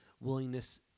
willingness